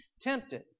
tempted